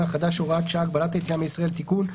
החדש (הוראת שעה)(הגבלת היציאה מישראל)(תיקון),